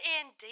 indeed